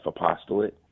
apostolate